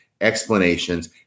explanations